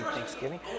Thanksgiving